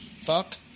Fuck